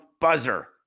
buzzer